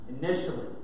initially